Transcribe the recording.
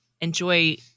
enjoy